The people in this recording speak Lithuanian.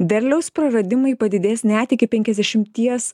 derliaus praradimai padidės net iki penkiasdešimties